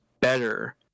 better